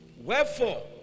Wherefore